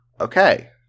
okay